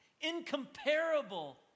incomparable